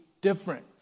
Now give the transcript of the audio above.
different